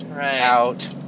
out